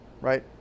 right